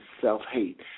self-hate